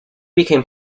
become